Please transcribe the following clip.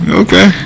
okay